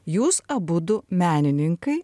jūs abudu menininkai